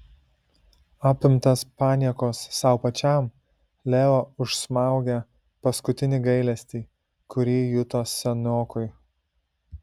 apimtas paniekos sau pačiam leo užsmaugė paskutinį gailestį kurį juto seniokui